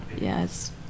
Yes